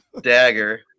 dagger